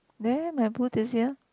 there my booth is here